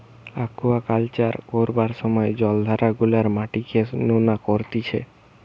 aquaculture করবার সময় জলাধার গুলার মাটিকে নোনা করতিছে